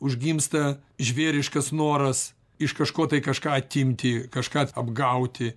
užgimsta žvėriškas noras iš kažko tai kažką atimti kažką apgauti